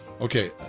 Okay